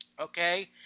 Okay